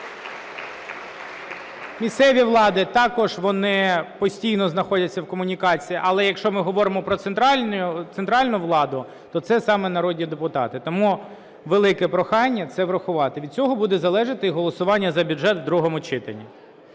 Місцеві влади також вони постійно знаходяться в комунікації, але якщо ми говоримо про центральну владу, то це саме народні депутати. Тому велике прохання це врахувати, від цього буде залежати і голосування за бюджет в другому читанні.